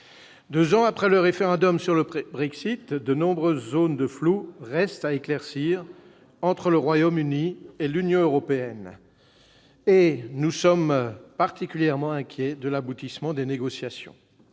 Deux ans après le référendum sur le Brexit, de nombreuses zones de flou restent à éclaircir entre le Royaume-Uni et l'Union européenne. Nous sommes particulièrement inquiets de l'aboutissement des négociations.